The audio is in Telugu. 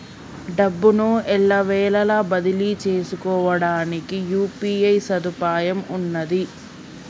డబ్బును ఎల్లవేళలా బదిలీ చేసుకోవడానికి యూ.పీ.ఐ సదుపాయం ఉన్నది